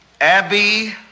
Abby